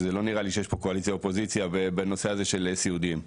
וזה לא נראה לי שיש פה קואליציה אופוזיציה בנושא הזה של סיעודיים לדעתי.